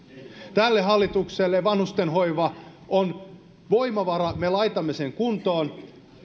tälle hallitukselle vanhusten hoiva on voimavara me laitamme sen kuntoon